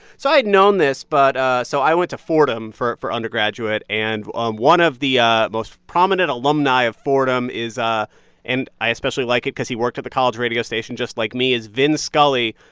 so i'd known this. but so i went to fordham for for undergraduate. and um one of the ah most prominent alumni of fordham is ah and i especially like it cause he worked at the college radio station just like me is vin scully,